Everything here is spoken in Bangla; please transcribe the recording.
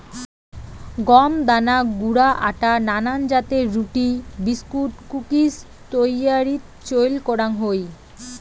গম দানা গুঁড়া আটা নানান জাতের রুটি, বিস্কুট, কুকিজ তৈয়ারীত চইল করাং হই